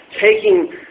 taking